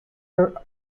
are